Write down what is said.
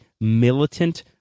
militant